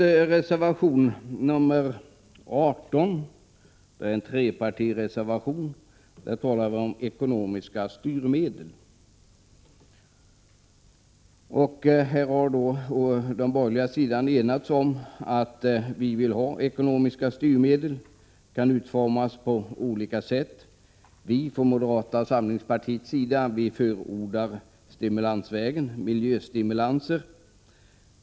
I reservation nr 18, som är en trepartireservation, talar vi om ekonomiska styrmedel. Den borgerliga sidan har här enats om att vi vill ha ekonomiska styrmedel. Dessa kan dock utformas på olika sätt. Vi från moderata samlingspartiets sida förordar stimulansvägen, miljöstimulanser.